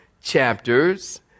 chapters